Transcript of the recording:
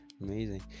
amazing